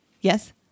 yes